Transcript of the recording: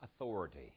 authority